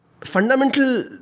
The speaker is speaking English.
fundamental